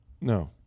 No